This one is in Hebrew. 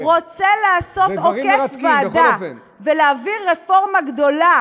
רוצה לעשות עוקף-ועדה ולהעביר רפורמה גדולה